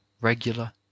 regular